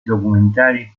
documentari